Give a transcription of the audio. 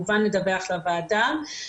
נקיים אותו כאן בוועדה יחד עם הנושא ההשוואתי.